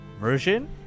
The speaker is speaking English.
version